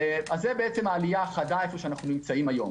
זו העלייה החדה, היכן שאנו היום.